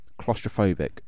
claustrophobic